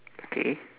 K